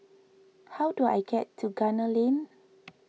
how do I get to Gunner Lane